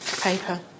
paper